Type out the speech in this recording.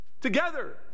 together